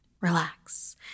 relax